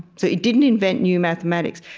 so it didn't invent new mathematics,